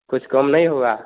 कुछ कम नहीं होगा